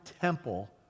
temple